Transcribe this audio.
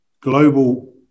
global